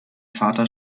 vater